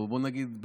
בוא נגיד,